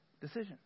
decision